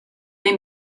they